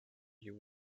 you